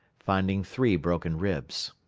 finding three broken ribs.